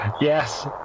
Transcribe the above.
Yes